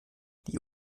die